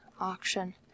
auction